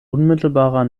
unmittelbarer